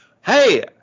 Hey